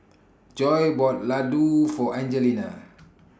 Joy bought Ladoo For Angelina